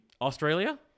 Australia